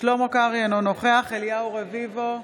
שלמה קרעי, אינו נוכח אליהו רביבו,